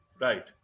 Right